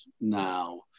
now